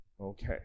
Okay